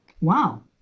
Wow